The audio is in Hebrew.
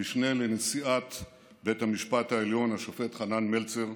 המשנה לנשיאת בית המשפט העליון השופט חנן מלצר,